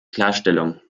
klarstellung